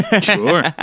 Sure